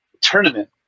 tournament